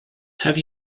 have